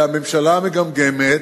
הממשלה מגמגמת,